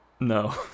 No